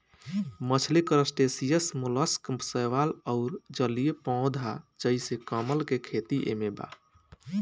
मछली crustaceans mollusc शैवाल अउर जलीय पौधा जइसे कमल के खेती एमे बा